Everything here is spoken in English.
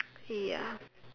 ya